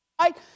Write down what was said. right